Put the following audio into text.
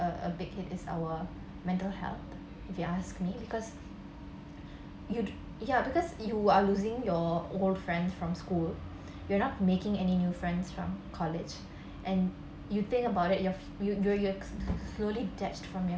a big hit is our mental health if you ask me because you'd ya because you are losing your old friend from school you are not making any new friends from college and you think about it ya you you ya slowly detached from your